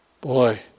Boy